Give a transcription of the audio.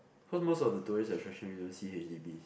cause most of the tourist attraction we don't see H_D_B